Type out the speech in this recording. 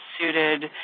suited